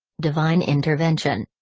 divine intervention.